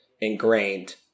ingrained